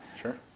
Sure